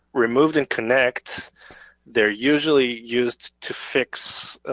remove and connect they're usually used to fix